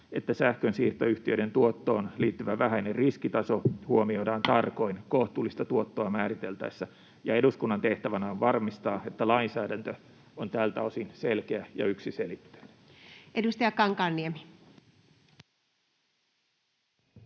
että sähkönsiirtoyhtiöiden tuottoon liittyvä vähäinen riskitaso huomioidaan tarkoin kohtuullista tuottoa määriteltäessä, ja eduskunnan tehtävänä on varmistaa, että lainsäädäntö on tältä osin selkeä ja yksiselitteinen. Edustaja Kankaanniemi.